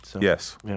Yes